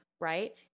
right